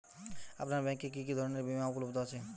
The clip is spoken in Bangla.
আপনার ব্যাঙ্ক এ কি কি ধরনের বিমা উপলব্ধ আছে?